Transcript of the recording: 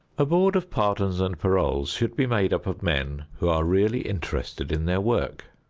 a board of pardons and paroles should be made up of men who are really interested in their work.